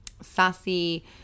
Sassy